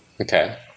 Okay